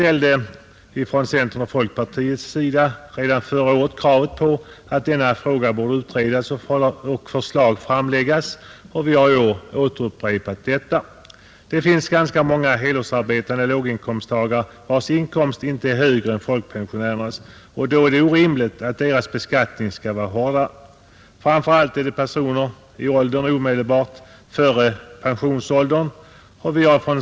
Från centerns och folkpartiets sida ställde vi redan förra året kravet att denna fråga borde utredas och förslag framläggas, och vi har i år upprepat detta krav. Det finns ganska många helårsarbetande låginkomsttagare, vilkas inkomster inte är högre än folkpensionärernas, och då är det orimligt att deras beskattning skall vara hårdare. Framför allt är det personer i åldersgrupperna omedelbart före pensionsåldern som det här gäller.